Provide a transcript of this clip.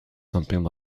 something